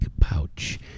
pouch